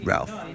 Ralph